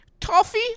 toffee